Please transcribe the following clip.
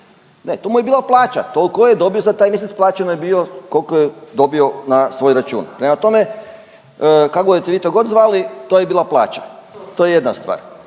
Ne, to mu je bila plaća, toliko je dobio za taj mjesec plaćen je bio koliko je dobio na svoj račun. Prema tome, kako budete vi to god zvali to je bila plaća. To je jedna stvar.